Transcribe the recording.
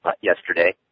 yesterday